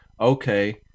Okay